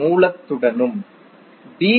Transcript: மூலத்துடனும் D